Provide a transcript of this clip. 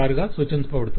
గా సూచించబడింది